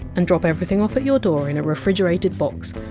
and drop everything off at your door in a refrigerated box.